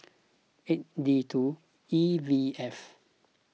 eight D two E V F